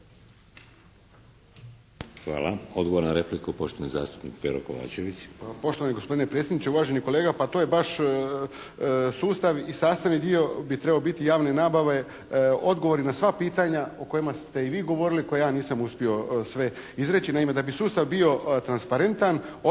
Hvala. Odgovor na repliku poštovani zastupnik Pero Kovačević. **Kovačević, Pero (HSP)** Poštovani gospodine predsjedniče, uvaženi kolega pa to je baš sustav i sastavni dio bi trebao biti javne nabave odgovori na sva pitanja o kojima ste i vi govorili. Koje ja nisam uspio sve izreći. Naime da bi sustav bio transparentan, otvoren